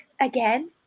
again